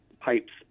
pipes